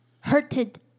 Hurted